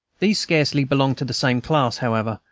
these scarcely belonged to the same class, however,